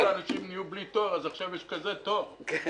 נודע לאנשים שהם נהיו בלי תור אז עכשיו יש כזה תור ...